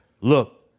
Look